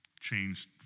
changed